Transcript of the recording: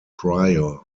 prior